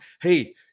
Hey